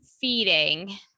feeding